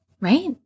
right